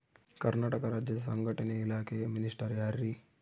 ಕರ್ನಾಟಕ ರಾಜ್ಯದ ಸಂಘಟನೆ ಇಲಾಖೆಯ ಮಿನಿಸ್ಟರ್ ಯಾರ್ರಿ?